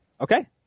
Okay